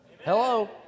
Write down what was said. Hello